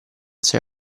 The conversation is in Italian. sei